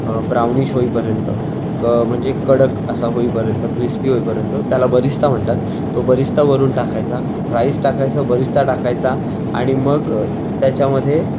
brownish होईपर्यंत क् म्हणजे कडक असा होईपर्यंत क्रिस्पी होईपर्यंत त्याला बरिस्ता म्हणतात तो बरिस्ता वरून टाकायचा राईस टाकायचा बरिस्ता टाकायचा आणि मग त्याच्यामध्ये